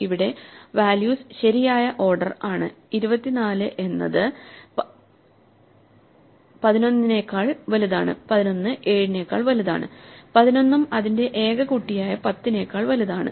ഇവിടെ വാല്യൂസ് ശരിയായ ഓർഡർ ആണ് 24 എന്നത് 117 നേക്കാൾ വലുതാണ് 11 ഉം അതിന്റെ ഏക കുട്ടിയായ 10 നെക്കാൾ വലുതാണ്